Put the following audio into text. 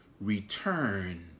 return